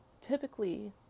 Typically